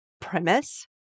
premise